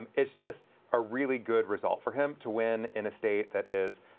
um is just a really good result for him to win in a state that is,